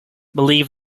believe